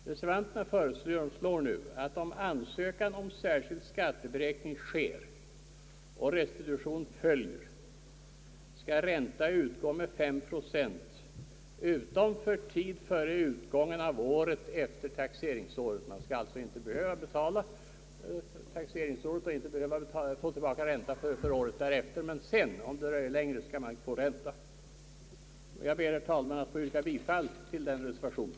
Reservanterna föreslår nu att, såvida ansökan om särskild skatteberäkning sker och restitution följer, skall ränta utgå med fem procent utom för tid före utgången av året efter taxeringsåret. Staten skall alltså inte behöva betala ränta för taxeringsåret och året där efter, men om restitution dröjer längre, skall ränta utgå. Jag ber, herr talman, att få yrka bifall till reservationen.